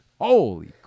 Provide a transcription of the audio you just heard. Holy